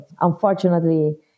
Unfortunately